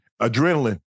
Adrenaline